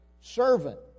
servant